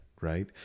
right